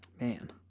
man